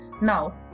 Now